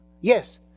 Yes